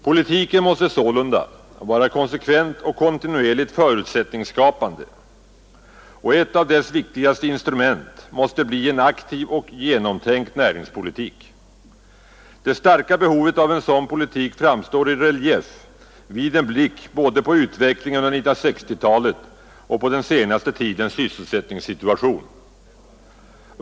Politiken måste vara konsekvent och kontinuerligt förutsättningsskapande, och ett av dess viktigaste instrument måste bli en aktiv och genomtänkt näringspolitik. Behovet av en sådan politik framstår i stark relief vid en blick både på utvecklingen under 1960-talet och på den senaste tidens sysselsättningssituation.